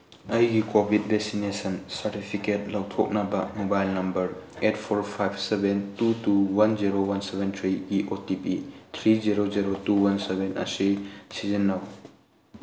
ꯑꯩꯒꯤ Covid vaccination certificate ꯂꯧꯊꯣꯛꯅꯕ mobile number eight four five seven two two one zero one seven ꯊ꯭ꯔꯤꯒꯤ O T P three zero zero two one seven ꯑꯁꯤ ꯁꯤꯖꯤꯟꯅꯧ